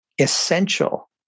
essential